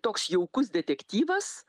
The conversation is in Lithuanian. toks jaukus detektyvas